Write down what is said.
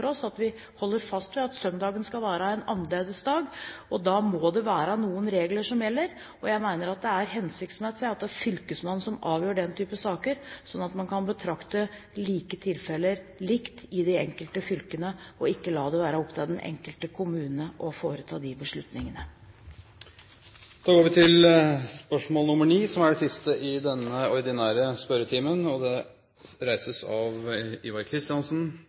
oss at vi holder fast ved at søndagen skal være en annerledes dag, og da må det være noen regler som gjelder. Jeg mener det er hensiktsmessig at det er fylkesmannen som avgjør den type saker, slik at man kan betrakte like tilfeller likt i de enkelte fylkene, og ikke la det være opp til den enkelte kommune å foreta de beslutningene. Jeg har følgende spørsmål til fiskeri- og kystministeren: «EFTAs overvåkingsorgan, ESA, godtar ikke den norske gjennomføringen av